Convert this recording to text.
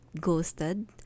ghosted